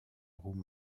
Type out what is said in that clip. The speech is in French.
roues